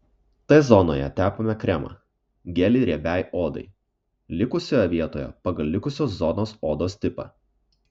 t zonoje tepame kremą gelį riebiai odai likusioje vietoje pagal likusios zonos odos tipą